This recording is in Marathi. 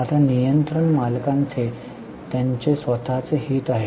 आता नियंत्रक मालकांचे त्यांचे स्वतःचे हित आहे